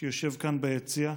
שיושב כאן, ביציע,